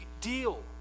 deal